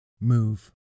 move